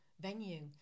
venue